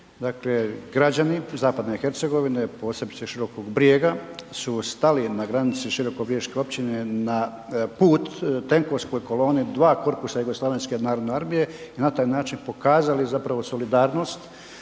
dakle, građani zapadne Hercegovine, posebice Širokog Brijega su stali na granici širokobriješke općine na put tenkovskoj koloni, dva korpusa JNA i na taj način pokazali zapravo solidarnost